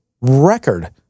record